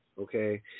okay